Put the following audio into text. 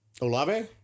Olave